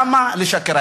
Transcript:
למה לשקר?